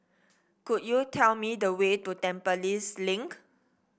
could you tell me the way to Tampines Link